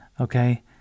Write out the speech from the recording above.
Okay